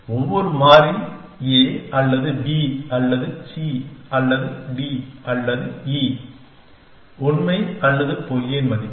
ஒவ்வொரு மாறி A அல்லது B அல்லது C அல்லது D அல்லது E உண்மை அல்லது பொய்யின் மதிப்பு